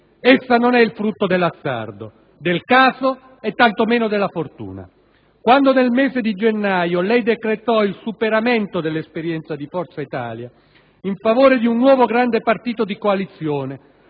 Essa non è il frutto dell'azzardo, del caso e tanto meno della fortuna. Quando nel mese di gennaio lei decretò il superamento dell'esperienza di Forza Italia in favore di un nuovo grande partito di coalizione